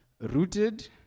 rooted